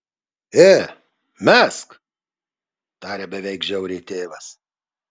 ė mesk tarė beveik žiauriai tėvas